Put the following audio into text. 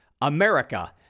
America